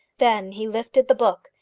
then he lifted the book,